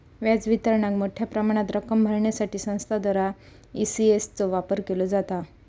व्याज वितरणाक मोठ्या प्रमाणात रक्कम भरण्यासाठी संस्थांद्वारा ई.सी.एस चो वापर केलो जाता